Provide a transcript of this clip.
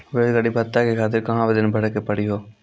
बेरोजगारी भत्ता के खातिर कहां आवेदन भरे के पड़ी हो?